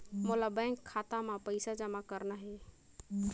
मोला बैंक खाता मां पइसा जमा करना हे?